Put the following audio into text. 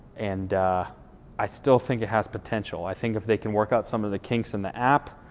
and i still think it has potential. i think if they can work out some of the kinks in the app,